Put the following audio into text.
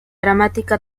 dramática